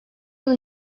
yıl